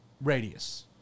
radius